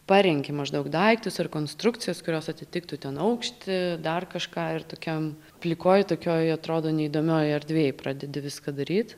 parenki maždaug daiktus ir konstrukcijas kurios atitiktų ten aukštį dar kažką ir tokiam plikoj tokioj atrodo neįdomioj erdvėj pradedi viską daryt